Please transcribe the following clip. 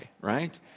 right